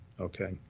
okay